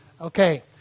Okay